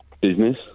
business